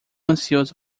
ansioso